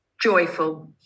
joyful